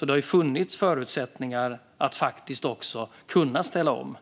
Det har funnits förutsättningar att kunna ställa om.